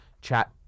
chat